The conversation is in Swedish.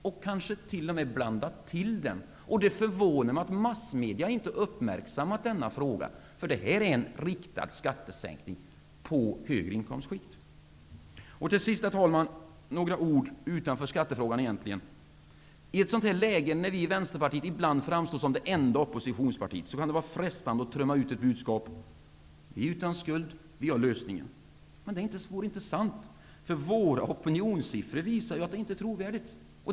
De kanske t.o.m. har blandat till den. Vidare förvånar det mig att massmedia inte har uppmärksammat denna fråga, för det här är, som sagt, en riktad skattesänkning beträffande de högre inkomstskikten. Till sist, herr talman, några ord om något som egentligen inte inryms i skattefrågan. I ett läge där Vänsterpartiet ibland framstår som det enda oppositionspartiet kan det vara frestande att trumma ut ett budskap: Vi är utan skuld. Vi har lösningen. Men det är inte sant, för våra opinionssiffror visar att det här budskapet inte är trovärdigt.